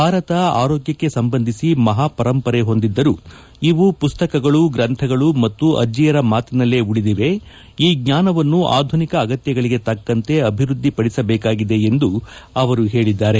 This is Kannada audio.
ಭಾರತ ಆರೋಗ್ಯಕ್ಕೆ ಸಂಬಂಧಿಸಿ ಮಹಾಪರಂಪರೆ ಹೊಂದಿದ್ದರೂ ಇವು ಪುಸ್ತಕಗಳು ಗ್ರಂಥಗಳು ಮತ್ತು ಅಜ್ಜಿಯರ ಮಾತಿನಲ್ಲೇ ಉಳಿದಿವೆ ಈ ಜ್ಞಾನವನ್ನು ಆಧುನಿಕ ಅಗತ್ಯಗಳಿಗೆ ತಕ್ಕಂತೆ ಅಭಿವೃದ್ದಿ ಪದಿಸಬೇಕಾಗಿದೆ ಎಂದು ಹೇಳಿದ್ದಾರೆ